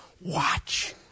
Watch